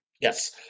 Yes